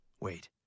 Wait